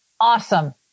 Awesome